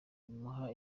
bimuha